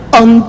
on